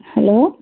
hello